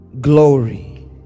glory